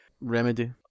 Remedy